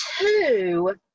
two